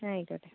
ആയിക്കോട്ടെ